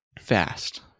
fast